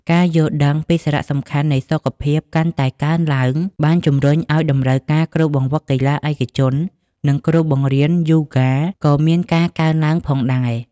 ការយល់ដឹងពីសារៈសំខាន់នៃសុខភាពកាន់តែកើនឡើង បានជំរុញឱ្យតម្រូវការគ្រូបង្វឹកកីឡាឯកជននិងគ្រូបង្រៀនយូហ្គាក៏មានការកើនឡើងផងដែរ។